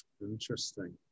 Interesting